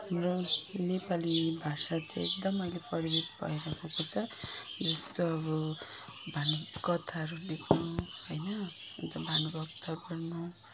हाम्रो नेपाली भाषा चाहिँ एकदम अहिले भएर गएको छ जस्तो अब भानु कथाहरू लेख्न होइन भानुभक्त गर्नु